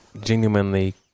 genuinely